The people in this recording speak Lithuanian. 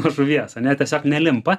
žuvies ane tiesiog nelimpa